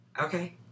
Okay